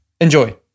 Enjoy